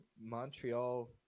Montreal